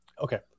Okay